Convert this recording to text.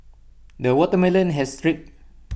the watermelon has